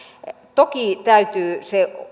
toki täytyy se